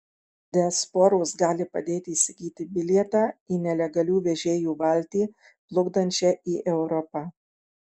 diasporos gali padėti įsigyti bilietą į nelegalių vežėjų valtį plukdančią į europą